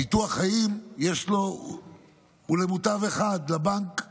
ביטוח החיים הוא למוטב אחד, לבנק הקודם,